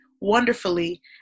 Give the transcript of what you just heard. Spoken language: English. wonderfully